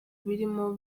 birimo